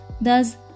Thus